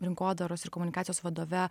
rinkodaros ir komunikacijos vadove